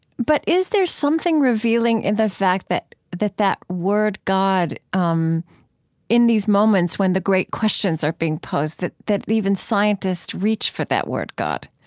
but is there something revealing in the fact that that word god um in these moments when the great questions are being posed, that that even scientists reach for that word god?